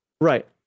Right